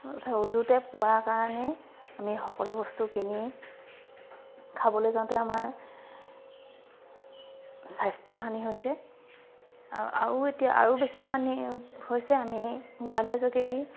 অৰ্থাৎ উজুতে পোৱা কাৰণে আমি সকলো বস্তু কিনি খাবলৈ যাওঁতে আমাৰ স্বাস্থ্য হানি হৈছে আৰু আতু এতিয়া আৰু বেছি হানি হৈছে আমি মোবাইল'ৰ যোগেদি